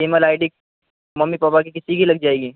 E mile I D mummy papa کی کسی کی لگ جائے گی